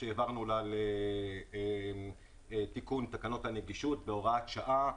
שהעברנו לה לתיקון תקנות הנגישות בהוראת שעה.